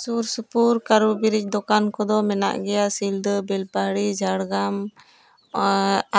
ᱥᱩᱨᱼᱥᱩᱯᱩᱨ ᱠᱟᱹᱨᱩ ᱵᱤᱨᱤᱫ ᱫᱚᱠᱟᱱ ᱠᱚᱫᱚ ᱢᱮᱱᱟᱜ ᱜᱮᱭᱟ ᱥᱤᱞᱫᱟᱹ ᱵᱮᱞ ᱯᱟᱦᱟᱲᱤ ᱡᱷᱟᱲᱜᱨᱟᱢ